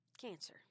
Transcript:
cancer